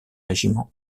régiments